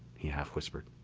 he half whispered.